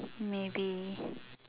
maybe